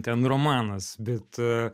ten romanas bet